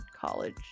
college